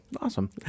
Awesome